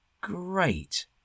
great